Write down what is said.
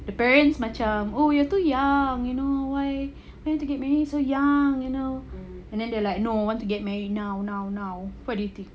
the parents macam oh you too young you know why why you want to get married so young you know and then they are like no I want to get married now now now what do you think